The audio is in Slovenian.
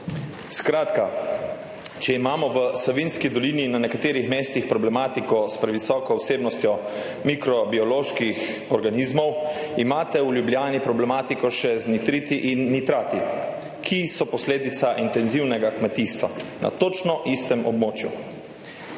Skratka, če imamo v Savinjski dolini na nekaterih mestih problematiko s previsoko vsebnostjo mikrobioloških organizmov, imate v Ljubljani problematiko še z nitriti in nitrati, ki so posledica intenzivnega kmetijstva na točno istem območju.